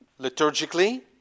liturgically